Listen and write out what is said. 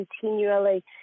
continually